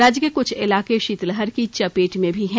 राज्य के क्छ इलाके शीतलहर की चपेट में भी हैं